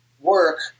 work